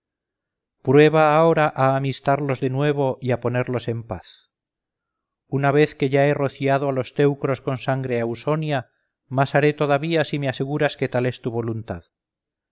prueba ahora a amistarlos de nuevo y a ponerlos en paz una vez que ya he rociado a los teucros con sangre ausonia más haré todavía si me aseguras que tal es tu voluntad